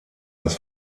das